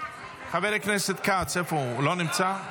חבר הכנסת כץ לא נמצא?